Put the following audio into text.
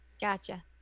Gotcha